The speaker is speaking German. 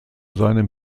seinem